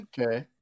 Okay